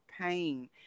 pain